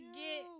get